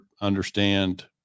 understand